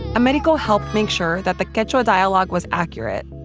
americo helped make sure that the quechua dialogue was accurate.